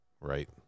right